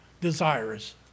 Desires